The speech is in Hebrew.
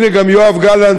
הנה גם יואב גלנט,